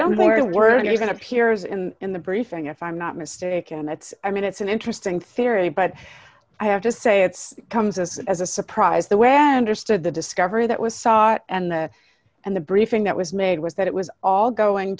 very worried even appears in in the briefing if i'm not mistaken and that's i mean it's an interesting theory but i have to say it's comes as as a surprise the way i understood the discovery that was sought and the and the briefing that was made was that it was all going